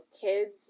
kids